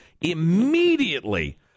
immediately